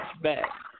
back